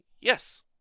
Yes